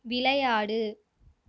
விளையாடு